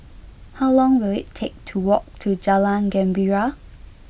how long will it take to walk to Jalan Gembira